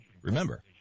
Remember